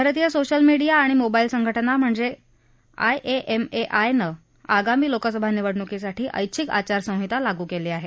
भारतीय social media आणि mobile संघटना म्हणजे आयएएमएआयनं आगामी लोकसभा निवडणुकीसाठी ऐच्छिक आचारसंहिता लागू केली आहे